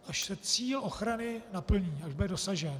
Až se cíl ochrany naplní, až bude dosažen?